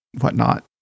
whatnot